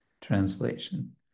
translation